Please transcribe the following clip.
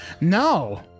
No